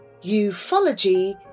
Ufology